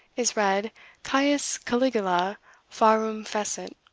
is read caius caligula pharum fecit.